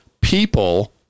People